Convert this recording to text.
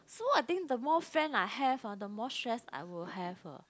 so I think the more friends I have ah the more stress I would have